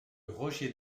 roger